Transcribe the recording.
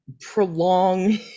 prolong